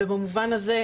ובמובן הזה,